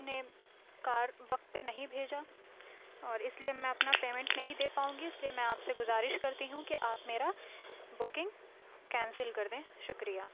نے کار وقت پہ نہیں بھیجا اور اس لیے میں اپنا پیمینٹ نہیں دے پاؤں گی اس لیے میں آپ سے گزارش کرتی ہوں کہ آپ میرا بکنگ کینسل کر دیں شکریہ